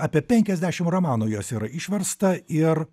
apie penkiasdešimt romanų jos yra išversta ir